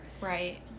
right